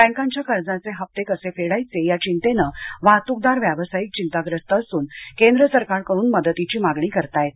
बक्तीच्या कजचि हसे कसे फेडायचे या चिंतेनं वाहतुकदार व्यवसायीक चिंताग्रस्त असुन केंद्र सरकार कडून मदतीची मागणी करताहेत